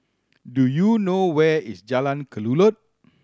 do you know where is Jalan Kelulut